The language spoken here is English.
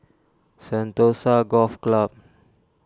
Sentosa Golf Club